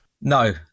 No